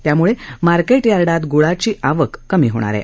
त्यामुळे मार्केट यार्डात गुळाची आवक कमी होणार आहे